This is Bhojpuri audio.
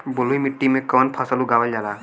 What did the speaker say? बलुई मिट्टी में कवन फसल उगावल जाला?